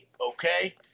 Okay